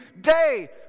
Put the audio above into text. day